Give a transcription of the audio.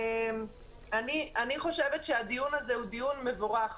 אני חושבת שהדיון הזה הוא דיון מבורך.